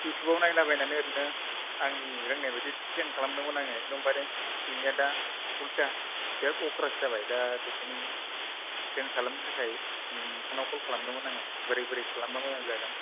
इयथुबाव नायला बायनानै ओरैनो आंनि रोंनाय बायदि थ्रेन खालामदोंमोन आङो एखदम बारे सैमाया दा उल्था बिराथ अखरासो जाबाय दा बेखायनो थ्रेन खालामनो थाखाय नोंथांनाव खल खालामदोंमोन आङो बोरै बोरै खालामबा मोजां जागोन